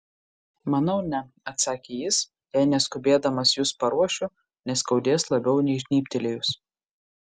manau ne atsakė jis jei neskubėdamas jus paruošiu neskaudės labiau nei žnybtelėjus